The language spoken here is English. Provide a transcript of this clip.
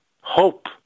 Hope